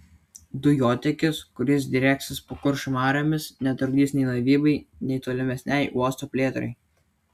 dujotiekis kuris drieksis po kuršių mariomis netrukdys nei laivybai nei tolimesnei uosto plėtrai